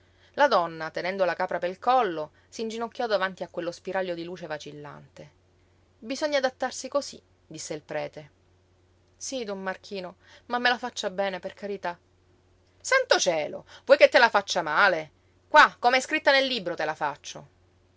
la donna tenendo la capra pel collo s'inginocchiò davanti a quello spiraglio di luce vacillante bisogna adattarsi cosí disse il prete sí don marchino ma me la faccia bene per carità santo cielo vuoi che te la faccia male qua com'è scritta nel libro te la faccio